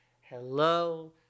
hello